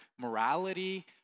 morality